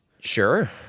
Sure